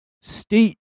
state